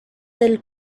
del